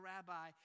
Rabbi